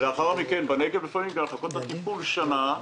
ובנגב לחכות לאבחון גם שנה,